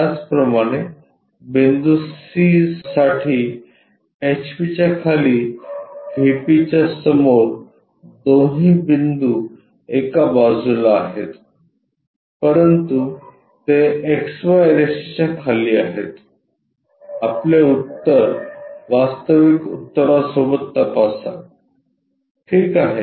त्याचप्रमाणेबिंदू C साठी एचपीच्या खाली व्हीपी च्या समोर दोन्ही बिंदू एका बाजूला आहेत परंतु ते एक्सवाय रेषेच्या खाली आहेत आपले उत्तर वास्तविक उत्तरासोबत तपासा ठीक आहे